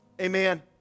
Amen